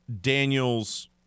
Daniels